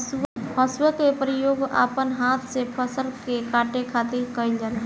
हसुआ के प्रयोग अपना हाथ से फसल के काटे खातिर कईल जाला